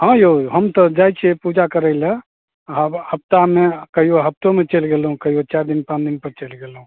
हँ यौ हम तऽ जाइत छियै पूजा करै लै आब हप्तामे कहिओ हप्तोमे चलि गेलहुँ कहिओ चारि दिन पॉँच दिन पर चलि गेलहुँ